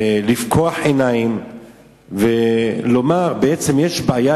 לפקוח עיניים ולומר שיש בעיה,